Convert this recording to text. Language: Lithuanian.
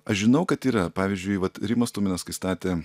aš žinau kad yra pavyzdžiui vat rimas tuminas kai statė